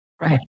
Right